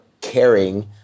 caring